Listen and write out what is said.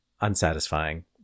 unsatisfying